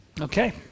Okay